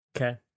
Okay